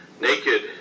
naked